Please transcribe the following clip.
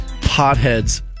potheads